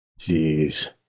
Jeez